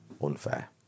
unfair